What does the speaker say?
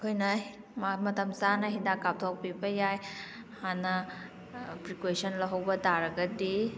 ꯑꯩꯈꯣꯏꯅ ꯃꯇꯝ ꯆꯥꯅ ꯍꯤꯗꯥꯛ ꯀꯥꯞꯊꯣꯛꯄꯤꯕ ꯌꯥꯏ ꯍꯥꯟꯅ ꯄ꯭ꯔꯤꯀ꯭ꯨꯋꯦꯁꯟ ꯂꯧꯍꯧꯕ ꯇꯥꯔꯒꯗꯤ